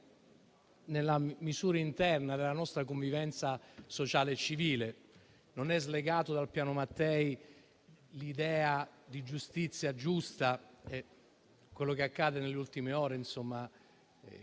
nella misura interna della nostra convivenza sociale e civile, non è slegato dal Piano Mattei: vi è l'idea di giustizia giusta. Quello che accade nelle ultime ore, con